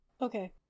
Okay